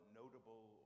notable